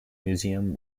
museum